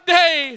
day